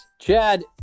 Chad